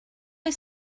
est